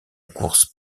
course